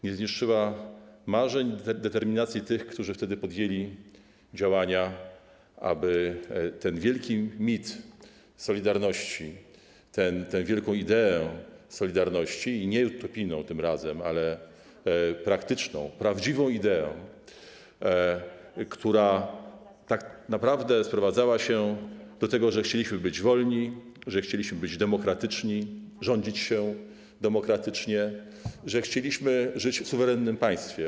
Nie zniszczyła marzeń, determinacji tych, którzy wtedy podjęli działania, ten wielki mit solidarności, tę wielką ideę solidarności i nieutopijną tym razem, ale praktyczną, prawdziwą ideę, która tak naprawdę sprowadzała się do tego, że chcieliśmy być wolni, chcieliśmy być demokratyczni, rządzić się demokratycznie, chcieliśmy żyć w suwerennym państwie.